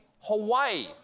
Hawaii